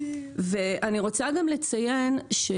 יש חשיבות לכך שתהיה המשכיות